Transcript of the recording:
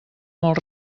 molt